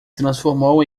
transformou